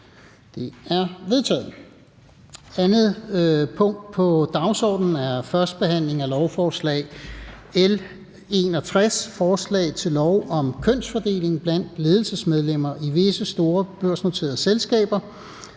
Det er vedtaget. --- Det næste punkt på dagsordenen er: 2) 1. behandling af lovforslag nr. L 61: Forslag til lov om kønsfordeling blandt ledelsesmedlemmer i visse store børsnoterede selskaber